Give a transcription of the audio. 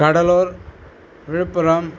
Cuddalore Villupuram